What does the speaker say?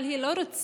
אבל היא לא רוצה,